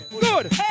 good